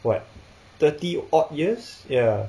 what thirty odd years ya